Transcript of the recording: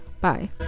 bye